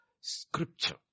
Scripture